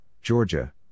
Georgia